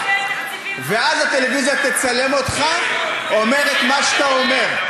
ואז הטלוויזיה תצלם אותך אומר את מה שאתה אומר,